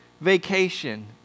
vacation